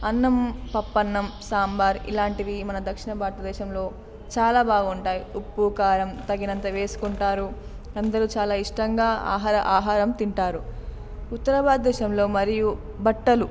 అన్నం పప్పు అన్నం సాంబార్ ఇలాంటివి మన దక్షిణ భారతదేశంలో చాలా బాగుంటాయి ఉప్పు కారం తగినంత వేసుకుంటారు అందరూ చాలా ఇష్టంగా ఆహార ఆహారం తింటారు ఉత్తర భారత దేశంలో మరియు బట్టలు